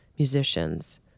musicians